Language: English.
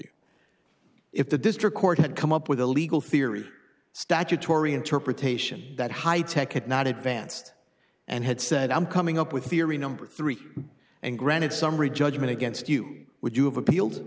you if the district court had come up with a legal theory statutory interpretation that high tech had not advanced and had said i'm coming up with theory number three and granted summary judgment against you would you